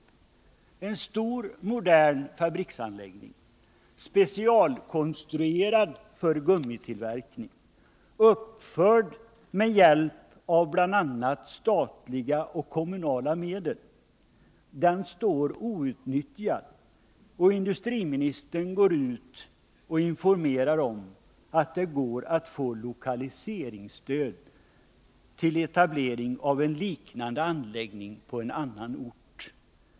Där finns en stor modern fabriksanläggning, specialkonstruerad för gummitillverkning och uppförd med hjälp av bl.a. statliga och kommunala medel. Den står outnyttjad. Och industriministern går ut och informerar om att det går att få lokaliseringsstöd för nyetablering av en liknande anläggning på annan ort.